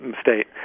state